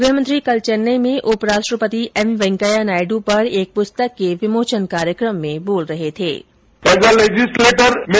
गृहमंत्री कल चेन्नई में उपराष्ट्रपति एम वेंकैया नायडू पर एक प्रस्तक के विमोचन कार्यक्रम में बोल रहे थे